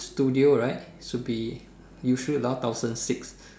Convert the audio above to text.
studio right should be usually around thousand six